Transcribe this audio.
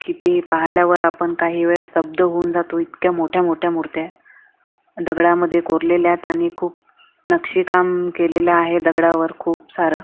की ती पाहिल्यावर आपण काही वेळ स्तब्ध होऊन जातो इतक्या मोठ्या मोठ्या मूर्त्या आहेत दगडामध्ये कोरलेल्या आहेत आणि खूप नक्षीकाम केलेलं आहे दगडावर खूप सारं